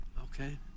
Okay